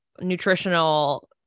nutritional